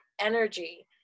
energy